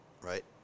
right